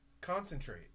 Concentrate